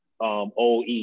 OE